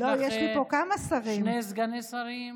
יש לך שני סגני שרים.